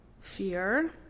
Fear